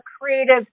creative